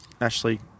Ashley